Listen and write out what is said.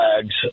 flags